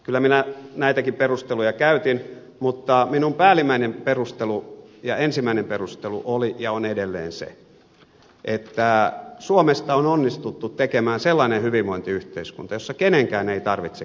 kyllä minä näitäkin perusteluja käytin mutta minun päällimmäinen ja ensimmäinen perusteluni oli ja on edelleen se että suomesta on onnistuttu tekemään sellainen hyvinvointiyhteiskunta jossa kenenkään ei tarvitse kerjätä